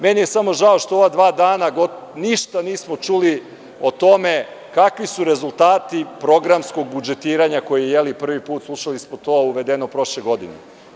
Meni je samo žao što ova dva dana ništa nismo čuli o tome kakvi su rezultati programskog budžetiranja koje je prvi put, slušali smo to, uvedeno prošle godine.